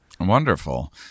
Wonderful